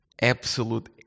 absolute